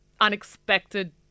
unexpected